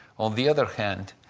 on the other hand,